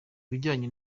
bijyanye